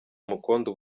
umukondo